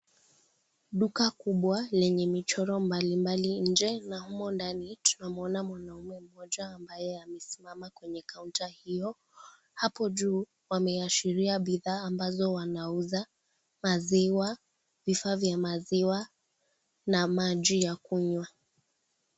Duka kubwa lenye michoro mbalimbali nje na humo ndani tunamwona mwanaume mmoja ambaye amesimama kwenye counter hiyo , hapo juu wameashiria bidhaa ambazo wanauza maziwa , vifaa vya maziwa na maji ya kunywa.